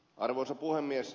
arvoisa puhemies